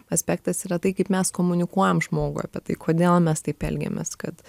aspektas yra tai kaip mes komunikuojam žmogui apie tai kodėl mes taip elgiamės kad